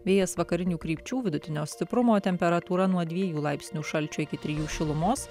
vėjas vakarinių krypčių vidutinio stiprumo temperatūra nuo dviejų laipsnių šalčio iki trijų šilumos